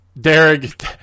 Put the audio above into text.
Derek